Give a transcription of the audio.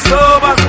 Sober